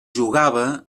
jugava